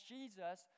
Jesus